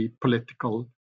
political